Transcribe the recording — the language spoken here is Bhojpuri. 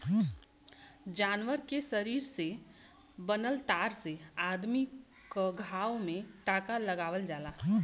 जानवर के शरीर से बनल तार से अदमी क घाव में टांका लगावल जाला